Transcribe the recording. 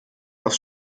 aufs